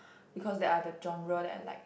because that are the genre that I like